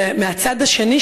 מהצד האחר,